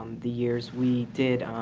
the years. we did,